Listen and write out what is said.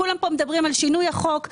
כולם פה מדברים על שינוי החוק,